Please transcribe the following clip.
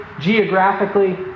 geographically